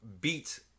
beat